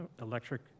electric